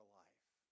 life